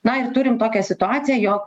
na ir turim tokią situaciją jog